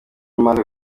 umaze